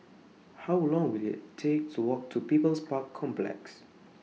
How Long Will IT Take to Walk to People's Park Complex